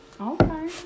Okay